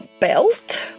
belt